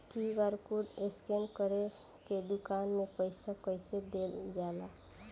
QR code scan करके दुकान में पईसा कइसे देल जाला?